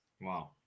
Wow